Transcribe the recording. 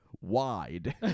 wide